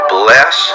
bless